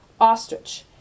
ostrich